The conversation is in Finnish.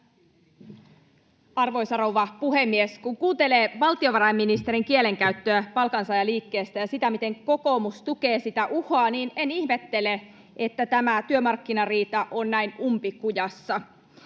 Arvoisa rouva puhemies! Kun kuuntelee valtiovarainministerin kielenkäyttöä palkansaajaliikkeestä ja sitä, miten kokoomus tukee sitä uhoa, niin en ihmettele, että tämä työmarkkinariita on näin umpikujassa.